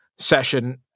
session